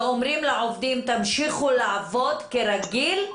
ואומרים לעובדים: תמשיכו לעבוד כרגיל,